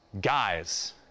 guys